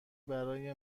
برای